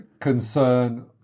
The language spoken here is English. concern